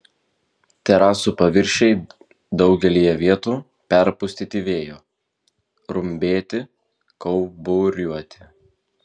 terasų paviršiai daugelyje vietų perpustyti vėjo rumbėti kauburiuoti